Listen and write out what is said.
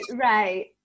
Right